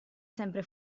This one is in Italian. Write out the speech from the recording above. sempre